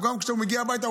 כשהוא מגיע הביתה,